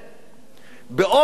באופן בלעדי"